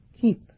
keep